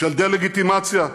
של דה-לגיטימציה,